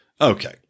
Okay